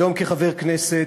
והיום כחבר כנסת,